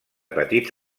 petits